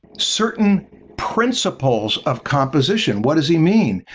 certain principles of composition. what does he mean?